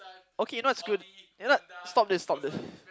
okay you know what's good you're not stop this stop this